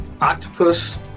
Octopus